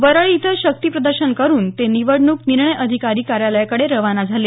वरळी इथं शक्तिप्रदर्शन करून ते निवडणूक निर्णय अधिकारी कार्यालयाकडे रवाना झाले